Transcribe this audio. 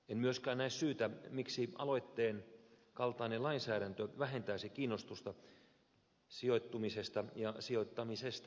en myöskään näe syytä miksi aloitteen kaltainen lainsäädäntö vähentäisi kiinnostusta sijoittumisesta ja sijoittamisesta suomeen